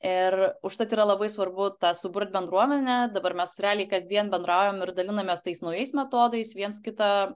ir užtat yra labai svarbu tą suburt bendruomenę dabar mes realiai kasdien bendraujam ir dalinamės tais naujais metodais viens kitą